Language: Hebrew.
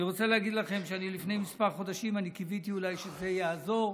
אני רוצה להגיד לכם שלפני כמה חודשים אני קיוויתי אולי שזה יעזור.